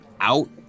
out